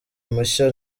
mushya